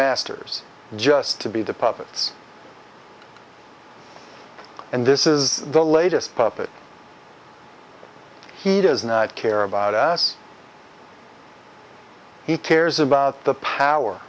masters just to be the puppets and this is the latest puppet he doesn't care about us he cares about the power